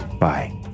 bye